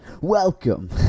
welcome